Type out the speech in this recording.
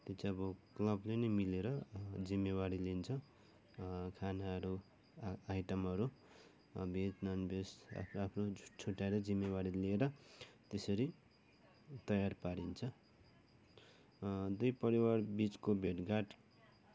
त्यो चाहिँ अब क्लबले नै मिलेर जिम्मेवारी लिन्छ खानाहरू आइटमहरू भेज ननभेज आफ्नो आफ्नो छुट्टाएर जिम्मेवारी लिएर त्यसरी तयार पारिन्छ दुई परिवार बिचको भेटघाट